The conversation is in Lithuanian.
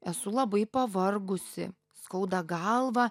esu labai pavargusi skauda galvą